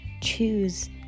choose